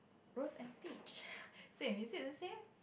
rose and peach same is it the same